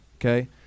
okay